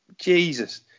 Jesus